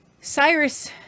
Cyrus